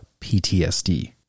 PTSD